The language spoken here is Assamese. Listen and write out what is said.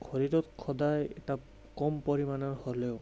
শৰীৰত সদায় এটা কম পৰিমাণৰ হ'লেও